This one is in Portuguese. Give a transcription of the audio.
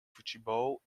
futebol